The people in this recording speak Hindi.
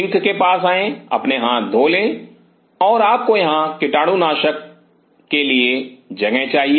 सिंक के पास आए अपने हाथ धो लें और आपको यहां कीटाणुनाशक के लिए जगह चाहिए